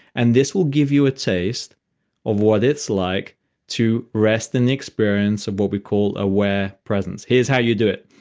and this will give you a taste of what it's like to rest in the experience of what we call aware presence. here's how you do it.